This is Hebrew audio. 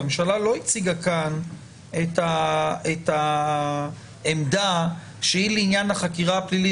הממשלה לא הציגה כאן את העמדה שהיא לעניין החקירה הפלילית